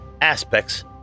aspects